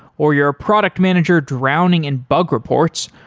or you're a product manager drowning in bug reports,